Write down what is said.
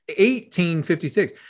1856